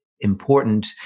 important